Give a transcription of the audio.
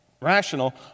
Rational